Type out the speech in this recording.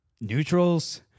neutrals